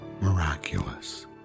miraculous